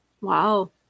Wow